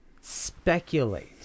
speculate